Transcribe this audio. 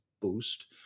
boost